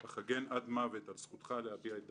אך אגן עד מוות על זכותך להביע את דעתך".